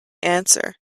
answer